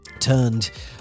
Turned